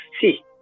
See